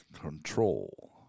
control